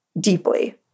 deeply